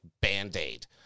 Band-Aid